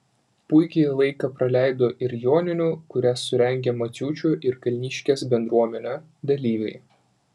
puikiai laiką praleido ir joninių kurias surengė maciuičių ir kalniškės bendruomenė dalyviai